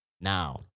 now